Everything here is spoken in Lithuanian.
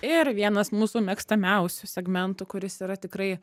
ir vienas mūsų mėgstamiausių segmentų kuris yra tikrai